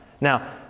Now